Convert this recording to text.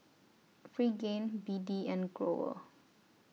Pregain B D and Growell